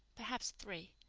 perhaps three.